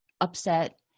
upset